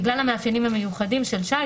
זה בגלל המאפיינים המיוחדים של שיט